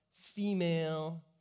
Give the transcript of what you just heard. female